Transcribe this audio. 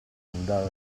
andava